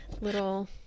little